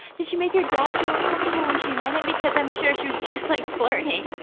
did she make your dad feel uncomfortable when she met him? because i'm sure she was just like flirting.